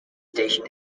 station